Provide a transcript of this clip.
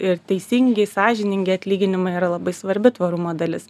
ir teisingi sąžiningi atlyginimai yra labai svarbi tvarumo dalis